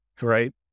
right